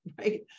right